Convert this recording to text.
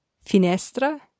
Finestra